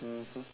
mmhmm